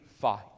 fight